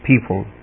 people